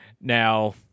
Now